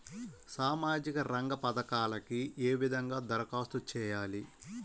సామాజిక రంగ పథకాలకీ ఏ విధంగా ధరఖాస్తు చేయాలి?